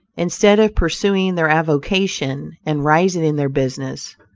instead of pursuing their avocation and rising in their business,